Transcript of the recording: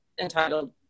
entitled